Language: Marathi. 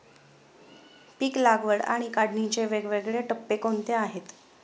पीक लागवड आणि काढणीचे वेगवेगळे टप्पे कोणते आहेत?